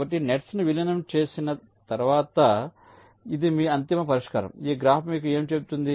కాబట్టి నెట్స్ను విలీనం చేసిన తర్వాత ఇది మీ అంతిమ పరిష్కారం ఈ గ్రాఫ్ మీకు ఏమి చెబుతుంది